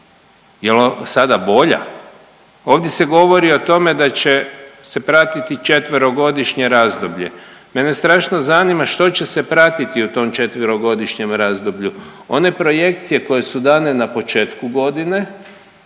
Jel' sada bolja? Ovdje se govori o tome da će se pratiti četverogodišnje razdoblje. Mene strašno zanima što će se pratiti u tom četverogodišnjem razdoblju one projekcije koje su dane na početku godine